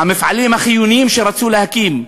המפעלים החיוניים שרצו להקים,